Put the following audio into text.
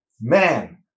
man